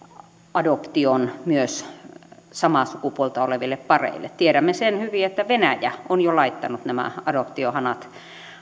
adoption myös samaa sukupuolta oleville pareille tiedämme sen hyvin että venäjä on jo laittanut nämä adoptiohanat